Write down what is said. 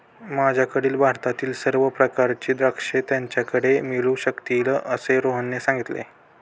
माझ्याकडील भारतातील सर्व प्रकारची द्राक्षे त्याच्याकडे मिळू शकतील असे रोहनने सांगितले